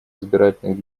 избирательных